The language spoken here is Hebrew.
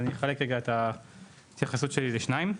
אז אני אחלק את ההתייחסות שלי לשניים.